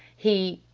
he.